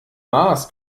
mars